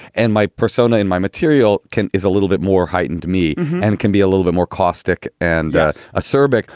and my persona and my material can is a little bit more heightened to me and can be a little bit more caustic. and that's a service.